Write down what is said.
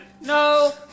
No